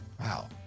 Wow